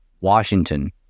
Washington